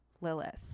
Lilith